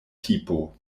tipo